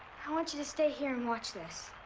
i want you to stay here and watch this.